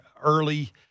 early